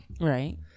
Right